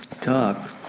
talk